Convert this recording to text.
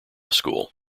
school